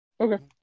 Okay